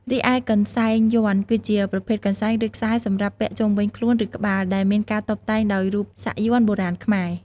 រីឯកន្សែងយន្ត គឺជាប្រភេទកន្សែង ឬខ្សែសម្រាប់ពាក់ជុំវិញខ្លួន ឬក្បាល ដែលមានការតុបតែងដោយរូបសាក់យ័ន្ត បុរាណខ្មែរ។